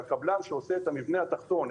והקבלן שעושה את המבנה התחתון,